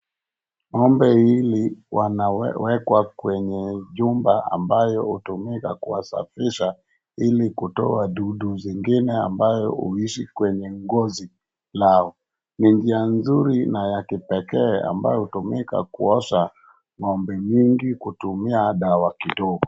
Ng'ome hawa wanawekwa kwenye chumba ambalo hutumika kuwasafisha ili kutoa dudu zingine amazo huishi kwenye ngozi zao. Ni njia nzuri na ya kipekee ambazo hutumika kuosha ng'ombe nyingi kutumia dawa kidogo.